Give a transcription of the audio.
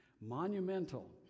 monumental